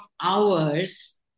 hours